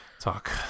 Talk